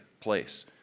place